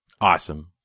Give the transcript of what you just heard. Awesome